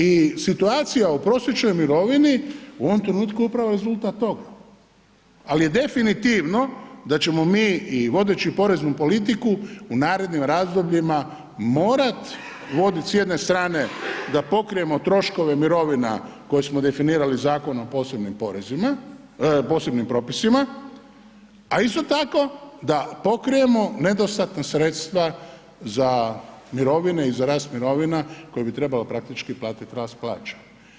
I situacija u prosječnoj mirovini u ovom trenutku je upravo rezultat toga, ali je definitivno da ćemo mi vodeći poreznu politiku u narednim razdobljima morat voditi s jedne strane da pokrijemo troškove mirovina koje smo definirali Zakonom o posebnim propisima, a isto tako da pokrijemo nedostatna sredstva za mirovine i za rast mirovina koje bi trebalo praktički pratiti rast plaća.